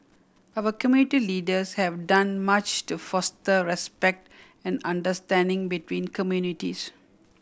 our community leaders have done much to foster respect and understanding between communities